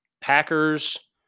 Packers